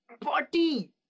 party